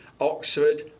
Oxford